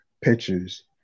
Pictures